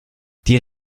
die